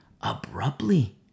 abruptly